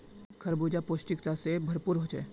खरबूजा पौष्टिकता से भरपूर होछे